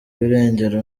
irengero